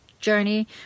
journey